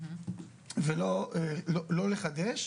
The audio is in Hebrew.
ולא לחדש.